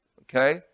Okay